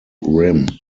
rim